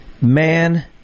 man